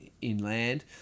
inland